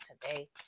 today